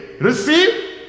receive